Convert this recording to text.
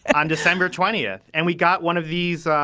and on december twentieth. and we got one of these